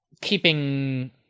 keeping